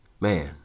Man